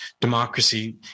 democracy